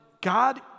God